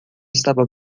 estava